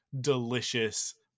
delicious